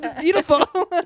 Beautiful